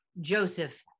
Joseph